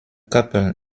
couple